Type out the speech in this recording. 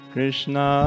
Krishna